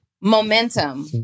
momentum